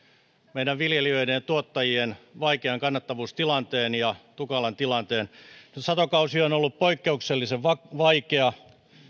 meidän viljelijöiden ja tuottajien vaikean kannattavuustilanteen ja tukalan tilanteen satokausi on on ollut poikkeuksellisen vaikea